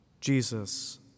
Jesus